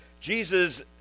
Jesus